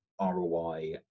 ROI